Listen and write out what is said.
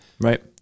right